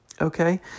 Okay